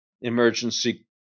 emergency